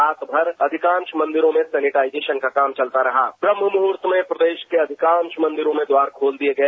रात भर अधिकांश मंदिरों में सैनिटाइजेशन का काम चलता रहा ब्रहा मुहूर्त में प्रदेश के अधिकांश मंदिरों में द्वार खोल दिए गए